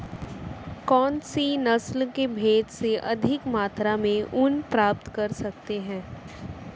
कौनसी नस्ल की भेड़ से अधिक मात्रा में ऊन प्राप्त कर सकते हैं?